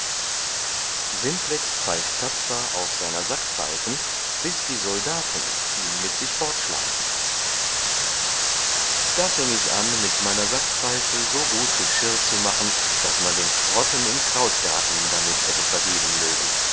simplex pfeift tapfer auf seiner sackpfeifen bis die soldaten ihn mit sich fortschleifen da fieng ich an mit meiner sackpfeife so gut geschirr zu machen daß man den krotten im krautgarten damit hätte vergeben mögen